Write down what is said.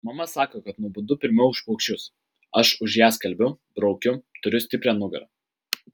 mama sako kad nubundu pirmiau už paukščius aš už ją skalbiu braukiu turiu stiprią nugarą